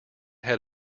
had